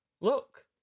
look